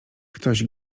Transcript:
ktoś